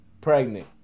pregnant